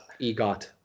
Egot